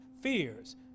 fears